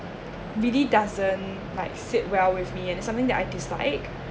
really doesn't like sit well with me and something that I dislike